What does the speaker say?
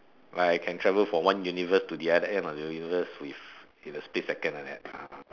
where I can travel from one universe to the other end of the universe with in a split second like that